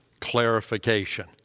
clarification